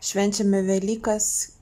švenčiame velykas